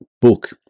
book